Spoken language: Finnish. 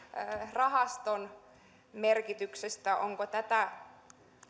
rahaston merkityksestä onko tätä